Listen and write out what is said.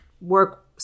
work